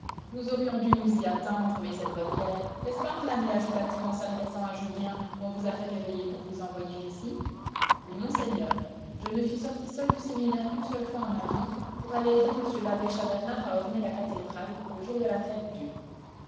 nous aurions dû nous y attendre mais c'est de bonne guerre n'est-ce pas mon ami ajouta-t-il en s'adressant à julien qu'on vous a fait réveiller pour vous envoyer ici oui monseigneur je ne suis sorti seul du séminaire qu'une seule fois en ma vie pour aller aider m l'abbé chas bernard à orner la cathédrale le jour de la fête-dieu